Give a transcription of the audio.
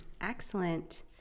Excellent